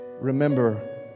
remember